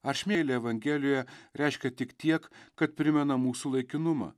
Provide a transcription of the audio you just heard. aš myliu evangelijoje reiškia tik tiek kad primena mūsų laikinumą